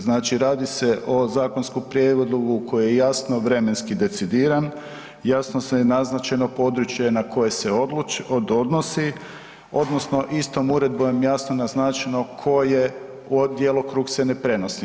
Znači, radi se o zakonskom prijedlogu koji je jasno vremenski decidiran, jasno je naznačeno područje na koje se odnosi odnosno istom uredbom jasno naznačeno koje u djelokrug se ne prenosi.